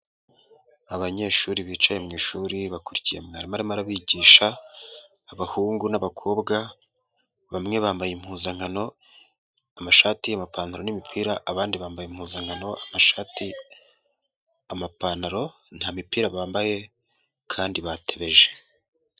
Abanyeshuri bicaye mwishuri bakurikiye mwarimu arimo arabigisha, abahungu n'abakobwa bamwe bambaye impuzankano, amashati, amapantaro n'imipira, abandi bambaye impuzankano, amashati, amapantaro nta mipira bambaye kandi batebeje.